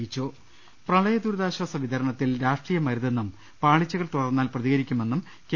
രുട്ടിട്ടിട്ടിട പ്രളയ ദുരിതാശ്ചാസ വിതരണത്തിൽ രാഷ്ട്രീയം അരുതെന്നും പാളിച്ചകൾ തുടർന്നാൽ പ്രതികരിക്കുമെന്നും കെ